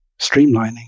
streamlining